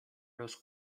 los